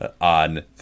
on